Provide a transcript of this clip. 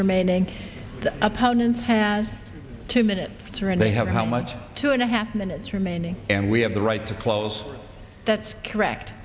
remaining opponents had two minutes three and they have how much two and a half minutes remaining and we have the right to close that's correct